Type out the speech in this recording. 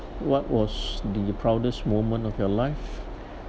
what was the proudest moment of your life